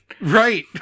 Right